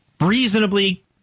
Reasonably